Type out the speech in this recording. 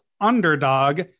underdog